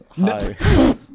Hi